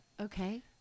Okay